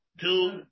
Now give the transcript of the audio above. Two